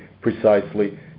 precisely